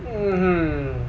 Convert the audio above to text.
mm